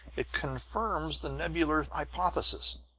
it confirms the nebular hypothesis!